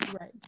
Right